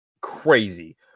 crazy